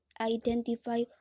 identify